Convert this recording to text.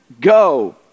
go